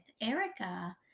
Erica